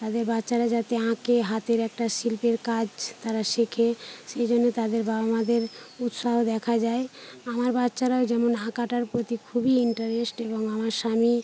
তাদের বাচ্চারা যাতে আঁকে হাতের একটা শিল্পের কাজ তারা শেখে সেই জন্য তাদের বাবা মাদের উৎসাহ দেখা যায় আমার বাচ্চারাও যেমন আঁকাটার প্রতি খুবই ইন্টারেস্ট এবং আমার স্বামী